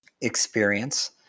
experience